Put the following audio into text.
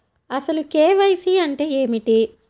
అసలు కే.వై.సి అంటే ఏమిటి?